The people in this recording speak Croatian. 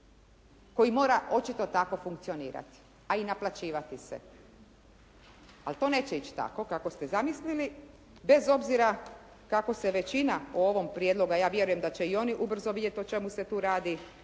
koji mora očito tako funkcionirati a i naplaćivati se. Ali to neće ići tako kako ste zamislili bez obzira kako se većina u ovom prijedlogu, a ja vjerujem da će i oni ubrzo vidjeti o čemu se tu radi